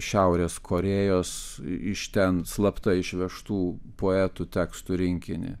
šiaurės korėjos iš ten slapta išvežtų poetų tekstų rinkinį